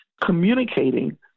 communicating